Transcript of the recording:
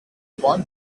want